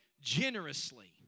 generously